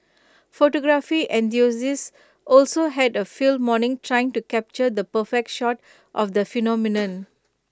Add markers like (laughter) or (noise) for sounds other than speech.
photography enthusiasts also had A field morning trying to capture the perfect shot of the phenomenon (noise)